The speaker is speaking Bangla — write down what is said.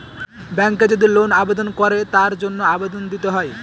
ব্যাঙ্কে যদি লোন আবেদন করে তার জন্য আবেদন দিতে হয়